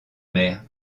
mère